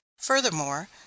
furthermore